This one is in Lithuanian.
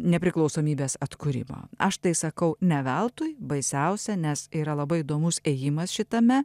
nepriklausomybės atkūrimo aš tai sakau ne veltui baisiausia nes yra labai įdomus ėjimas šitame